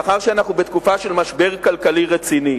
מאחר שאנחנו בתקופה של משבר כלכלי רציני